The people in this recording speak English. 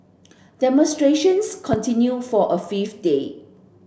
demonstrations continued for a fifth day